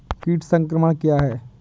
कीट संक्रमण क्या है?